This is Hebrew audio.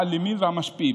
האלימים והמשפיעים.